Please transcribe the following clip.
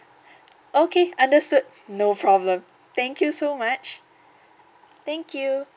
okay understood no problem thank you so much thank you